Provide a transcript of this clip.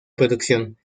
producción